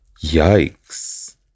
yikes